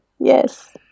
yes